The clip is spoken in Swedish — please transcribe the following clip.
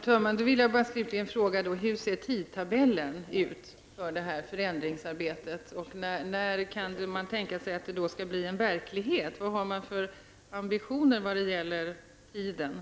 Herr talman! Slutligen vill jag fråga hur tidtabellen för förändringsarbetet ser ut. När kan man tänka sig att detta skall bli verklighet? Vad har man tidsmässigt för ambitioner?